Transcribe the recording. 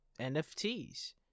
NFTs